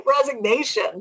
resignation